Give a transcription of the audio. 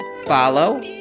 follow